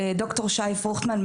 ד"ר שי פרוכטמן,